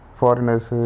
foreigners